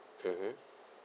mmhmm